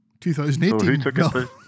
2018